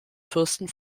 fürsten